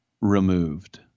removed